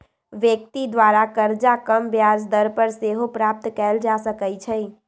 व्यक्ति द्वारा करजा कम ब्याज दर पर सेहो प्राप्त कएल जा सकइ छै